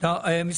הכל יעלה.